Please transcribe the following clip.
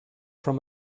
from